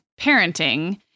parenting